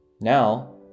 Now